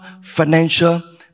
financial